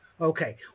Okay